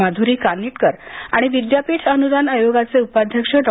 माधूरी कानिटकर आणि विद्यापीठ अनुदान आयोगाचे उपाध्यक्ष डॉ